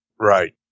Right